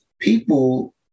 People